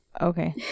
okay